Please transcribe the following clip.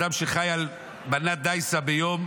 אדם שחי בקושי על מנת דייסה ביום,